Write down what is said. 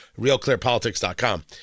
realclearpolitics.com